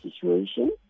situation